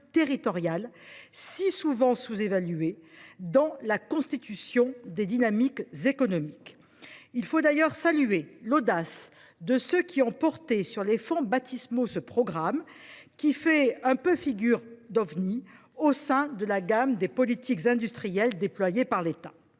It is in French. territorial, si souvent sous évalué, dans la constitution des dynamiques économiques. Il faut d’ailleurs saluer l’audace de ceux qui ont porté sur les fonts baptismaux ce programme, qui fait un peu figure d’ovni au sein de la gamme des politiques industrielles déployées par l’État.